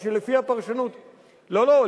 לא,